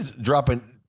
dropping